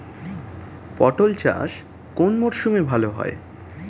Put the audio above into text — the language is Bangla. পটল চাষ কোন মরশুমে ভাল হয়?